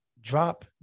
Drop